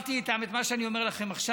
אמרתי להם את מה שאני אומר לכם עכשיו.